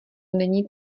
není